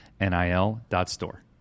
nil.store